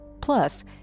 Plus